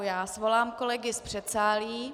Já svolám kolegy z předsálí.